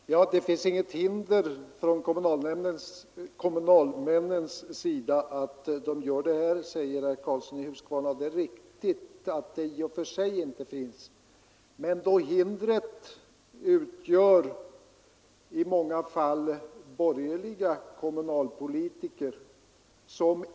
Herr talman! Det finns ingenting som hindrar kommunalmännen att höja bostadstillägget, säger herr Karlsson i Huskvarna. Det är i och för sig riktigt, men hindret utgörs i många fall av borgerliga kommunalpolitiker.